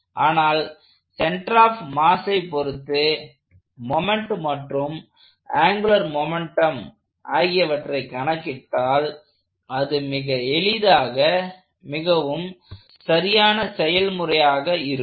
ஆனால் centre of மாஸை பொருத்து மொமெண்ட் மற்றும் ஆங்குலர் மொமெண்ட்டம் ஆகியவற்றை கணக்கிட்டால் அது மிக எளிதான மிகவும் சரியான செயல்முறையாக இருக்கும்